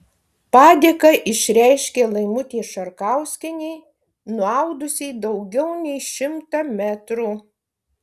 padėką išreiškė laimutei šarkauskienei nuaudusiai daugiau nei šimtą metrų